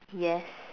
yes